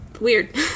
weird